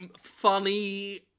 funny